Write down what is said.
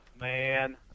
Man